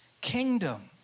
kingdom